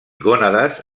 gònades